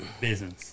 Business